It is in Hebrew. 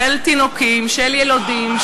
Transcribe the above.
של יילודים,